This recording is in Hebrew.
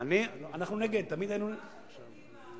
קדימה בעד, היוזמה של קדימה,